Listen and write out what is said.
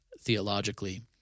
theologically